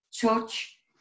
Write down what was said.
touch